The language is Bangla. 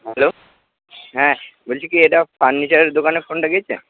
হ্যালো হ্যাঁ বলছি কি এটা ফার্নিচারের দোকানে ফোনটা গিয়েছে